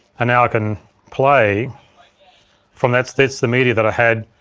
and now i can play from, that's that's the media that i had.